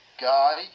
Guy